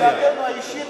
לא להכניס את דעתו האישית